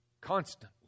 constantly